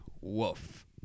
woof